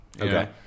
Okay